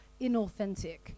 inauthentic